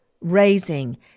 raising